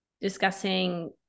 discussing